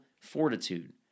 fortitude